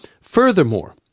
Furthermore